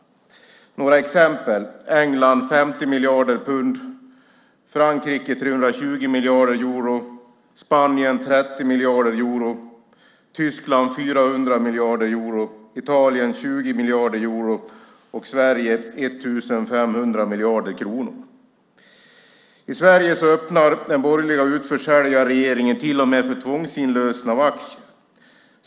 Här är några exempel: England 50 miljarder pund, Frankrike 320 miljarder euro, Spanien 30 miljarder euro, Tyskland 400 miljarder euro, Italien 20 miljarder euro och Sverige 1 500 miljarder kronor. I Sverige öppnar den borgerliga utförsäljarregeringen till och med för tvångsinlösen av aktier.